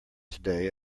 today